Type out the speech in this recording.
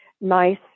nice